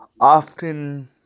often